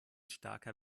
starker